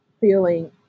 feeling